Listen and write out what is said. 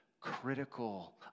critical